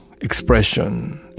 expression